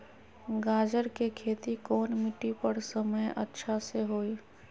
गाजर के खेती कौन मिट्टी पर समय अच्छा से होई?